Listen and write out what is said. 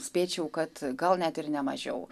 spėčiau kad gal net ir nemažiau